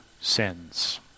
sins